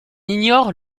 ignore